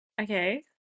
Okay